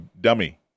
dummy